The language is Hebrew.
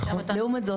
לעומת זאת,